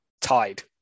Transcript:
tied